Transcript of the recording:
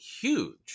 huge